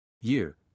year